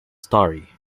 story